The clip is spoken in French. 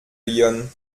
lyonne